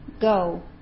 go